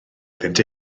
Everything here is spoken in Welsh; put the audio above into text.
iddynt